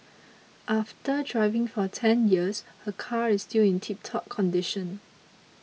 after driving for ten years her car is still in tiptop condition